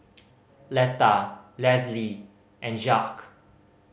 Letta Lesli and Jacque